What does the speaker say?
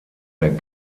der